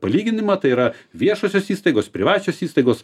palyginimą tai yra viešosios įstaigos privačios įstaigos